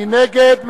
מי נגד?